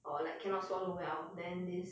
or like cannot swallow well then this